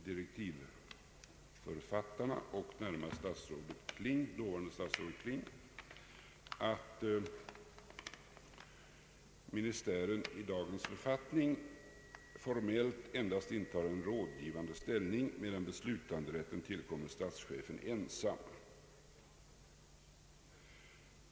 Direktivförfattarna och närmast dåvarande statsrådet Kling konstaterar där att ministären i dagens författning formellt endast intar en rådgivande ställning medan beslutanderätten tillkommer statschefen ensam.